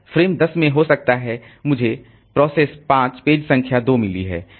frame 10 में हो सकता है मुझे प्रोसेस 5 पेज संख्या 2 मिली है